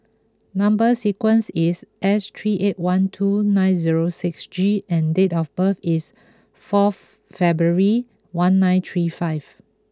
number sequence is S three eight one two nine zero six G and date of birth is fourth February one nine three five